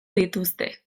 dituzte